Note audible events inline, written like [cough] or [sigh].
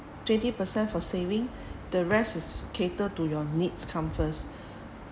twenty per cent for saving [breath] the rest is cater to your needs come first [breath]